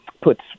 puts